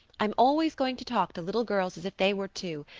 i'm always going to talk to little girls as if they were too,